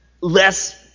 less